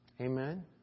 Amen